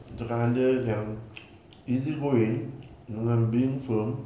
aku cakap dengan dia yang easy-going dengan being firm